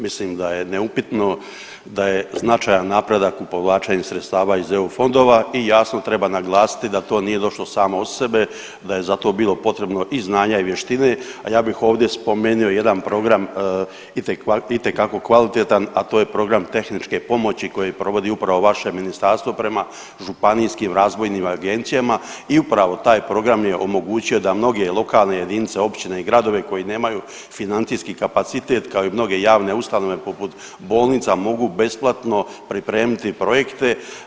Mislim da je neupitno da je značajan napredak u povlačenju sredstava iz EU fondova i jasno, treba naglasiti da to nije došlo samo od sebe, da je zato bilo potrebno i znanja i vještine, a ja bih ovdje spomenio i jedan program itekako kvalitetan, a to je program tehničke pomoći koji provodi upravo vaše Ministarstvo prema županijskim razvojnim agencijama i upravo taj program je omogućio da mnoge lokalne jedinice, općine i gradovi koji nemaju financijski kapacitet kao i mnoge javne ustanove, poput bolnica, mogu besplatno pripremiti projekte.